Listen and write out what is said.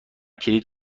کلید